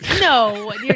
No